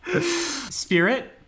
spirit